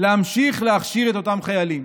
להמשיך להכשיר את אותם חיילים.